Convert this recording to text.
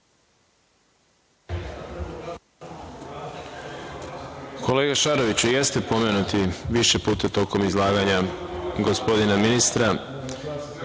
Šaroviću, jeste pomenuti više puta tokom izlaganja gospodina ministra